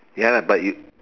ya but you